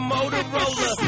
Motorola